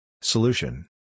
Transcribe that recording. Solution